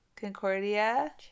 concordia